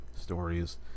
stories